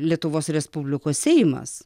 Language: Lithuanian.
lietuvos respublikos seimas